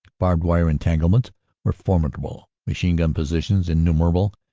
barbed wire entanglements were formidable, machine gun positions innumerable,